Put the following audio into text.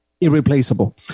irreplaceable